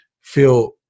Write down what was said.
feel